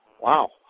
Wow